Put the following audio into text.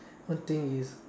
one thing is